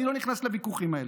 אני לא נכנס לוויכוחים האלה,